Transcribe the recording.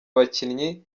bakinnyi